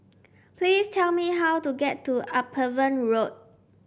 please tell me how to get to Upavon Road